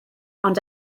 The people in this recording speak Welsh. ond